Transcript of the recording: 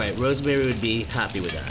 rosemary would be happy with that.